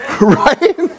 right